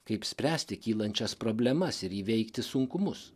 kaip spręsti kylančias problemas ir įveikti sunkumus